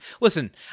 Listen